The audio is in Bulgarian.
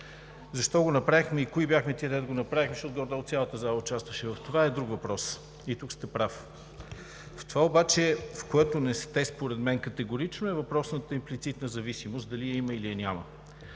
Защо го направихме и кои бяхме тези, които го направихме, защото горе-долу цялата зала участваше в това, е друг въпрос? И тук сте прав. В това обаче, в което не сте според мен категорично е въпросната имплицитна зависимост – дали я има, или я няма.